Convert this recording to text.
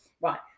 right